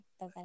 Bye